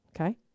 Okay